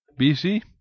BC